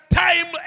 time